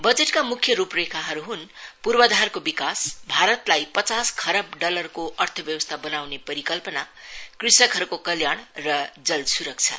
बजटका मुख्य रूपरेखाहरू हुन् पूर्वाधारको विकास भारतलाई पचास खरव डलरको अर्थव्यवस्था बनाउने परिकल्पना कृषकहरूको कल्याण र जल सुरक्षा